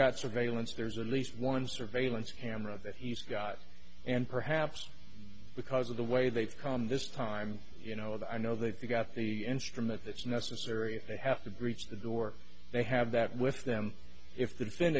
got surveillance there's at least one surveillance camera that he's got and perhaps because of the way they've come this time you know that i know they've got the instrument that's necessary if they have to breach the door they have that with them if the defend